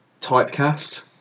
typecast